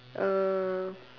uh